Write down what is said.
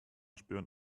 spüren